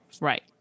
Right